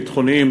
ביטחוניים,